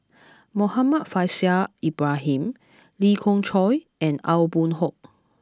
Muhammad Faishal Ibrahim Lee Khoon Choy and Aw Boon Haw